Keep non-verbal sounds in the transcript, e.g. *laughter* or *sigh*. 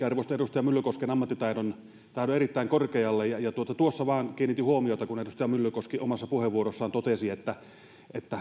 *unintelligible* arvostan edustaja myllykosken ammattitaidon erittäin korkealle ja tuossa vain kiinnitin huomiota kun edustaja myllykoski omassa puheenvuorossaan totesi että että *unintelligible*